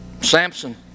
Samson